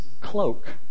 cloak